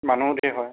মানুহ ধেৰ হয়